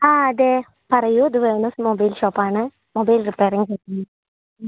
ആ അതെ പറയൂ ഇത് വേണൂസ് മൊബൈൽ ഷോപ്പാണ് മൊബൈൽ റിപ്പയറിംഗ് ഫെസിലിറ്റി